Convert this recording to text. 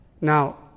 now